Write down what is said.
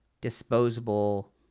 disposable